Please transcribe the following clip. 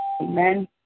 Amen